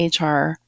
HR